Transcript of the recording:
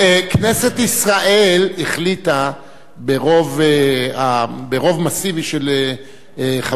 כנסת ישראל החליטה ברוב מסיבי של חבריה